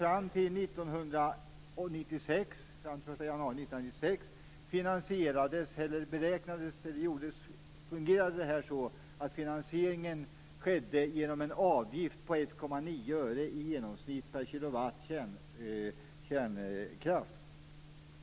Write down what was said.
Fram till den 1 januari 1996 fungerade det så, att finansieringen skedde genom en avgift på i genomsnitt 1,9 öre per kWh kärnkraft.